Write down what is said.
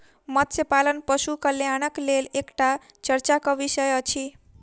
मत्स्य पालन पशु कल्याणक लेल एकटा चर्चाक विषय अछि